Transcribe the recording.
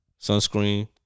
Sunscreen